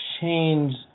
change